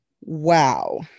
Wow